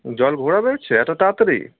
জল ঘোলা বেরোচ্ছে এত তাড়াতাড়ি